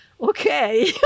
Okay